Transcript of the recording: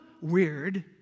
weird